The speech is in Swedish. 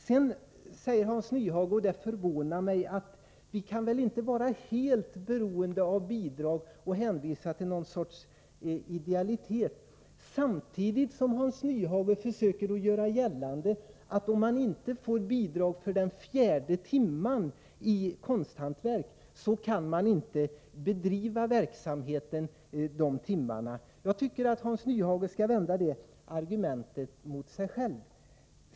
Sedan förvånar det mig att Hans Nyhage säger att vi väl inte kan vara helt beroende av bidrag — Hans Nyhage hänvisar till någon sorts idealitet. Samtidigt försöker Hans Nyhage göra gällande att om man inte får bidrag för den fjärde timmen i konsthantverk, så kan man inte bedriva verksamheten under den timmen. Jag tycker att Hans Nyhage skall vända det argumentet mot sig själv.